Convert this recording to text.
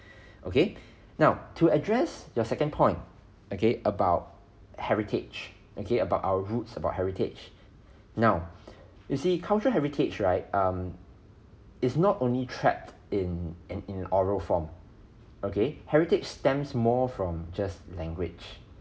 okay now to address your second point okay about heritage okay about our roots about heritage now you see cultural heritage right um it's not only trapped in in an oral form okay heritage stems more from just language